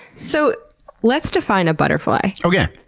so let's define a butterfly. okay.